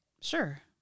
sure